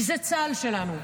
כי זה צה"ל שלנו,